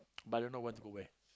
but don't know want to go where